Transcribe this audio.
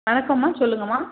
வணக்கம்மா சொல்லுங்கம்மா